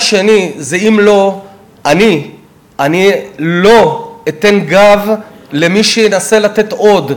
אני לא אתן גב למי שינסה לתת עוד,